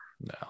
No